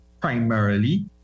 primarily